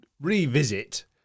revisit